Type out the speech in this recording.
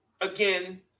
again